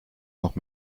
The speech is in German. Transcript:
noch